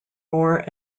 more